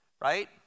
right